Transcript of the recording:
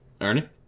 Ernie